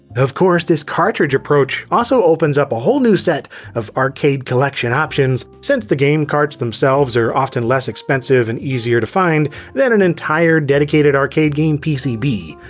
of course, this cartridge approach also opens up a new set of arcade collection options, since the game carts themselves are often less expensive and easier to find than an entire dedicated arcade game pcb.